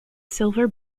silver